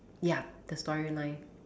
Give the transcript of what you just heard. ya the storyline